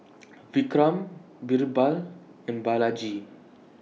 Vikram Birbal and Balaji